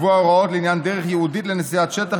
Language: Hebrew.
לקבוע הוראות לעניין דרך ייעודית לנסיעת שטח,